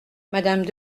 madame